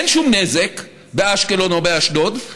אין שום נזק באשקלון או באשדוד,